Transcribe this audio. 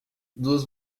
duas